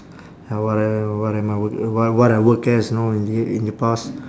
how what I what am I work uh wh~ what I work as you know i~ in the past